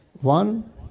one